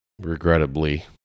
regrettably